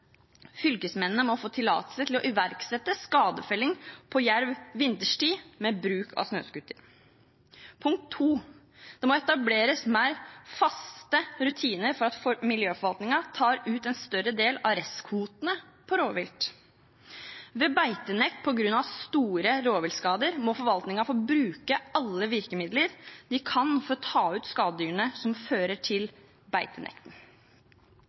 Fylkesmennene må få tillatelse til å iverksette skadefelling på jerv vinterstid med bruk av snøscooter. Det må etableres mer faste rutiner for at miljøforvaltningen tar ut en større del av restkvotene på rovvilt. Ved beitenekt på grunn av store rovviltskader må forvaltningen få bruke alle virkemidler de kan for å ta ut skadedyrene som fører til